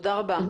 תודה רבה.